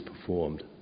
performed